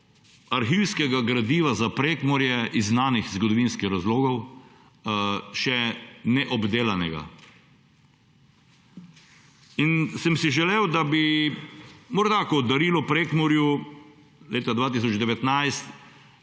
arhivskega gradiva za Prekmurje iz znanih zgodovinskih razlogov še neobdelanega. Sem si želel, da bi morda kot darilo Prekmurju leta 2019